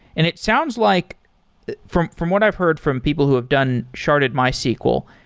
and it sounds like from from what i've heard from people who have done sharded mysql,